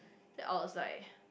then I was like